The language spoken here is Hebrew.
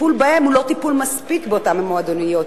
הטיפול בהם הוא לא טיפול מספיק באותן המועדוניות.